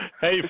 hey